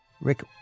Rick